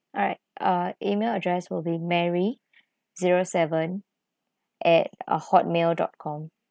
alright uh email address will be mary zero seven at uh hotmail dot com